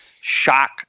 shock